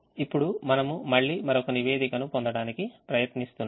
ఇప్పుడు మనము మళ్ళీ మరొక నివేదికను పొందడానికి ప్రయత్నిస్తున్నాము